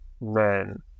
men